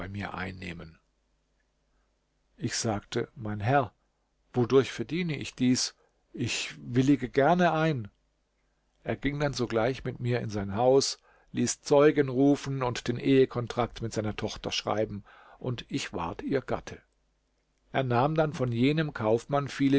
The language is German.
mir einnehmen ich sagte mein herr wodurch verdiene ich dies ich willige gerne ein er ging dann sogleich mit mir in sein haus ließ zeugen rufen und den ehe kontrakt mit seiner tochter schreiben und ich ward ihr gatte er nahm dann von jenem kaufmann viele